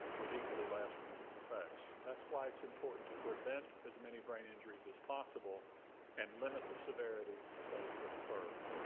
with equally lasting effects. that's why it's important to prevent as many brain injuries as possible and limit the severity of those that occur.